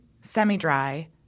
semi-dry